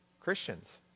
Christians